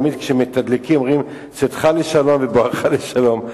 תמיד כשמתדלקים אומרים: צאתך לשלום ובואך לשלום,